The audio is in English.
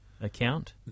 account